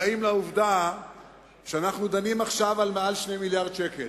לעובדה שאנחנו דנים עכשיו על מעל 2 מיליארדי שקל,